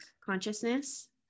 consciousness